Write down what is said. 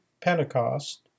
Pentecost